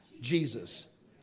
Jesus